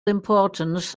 importance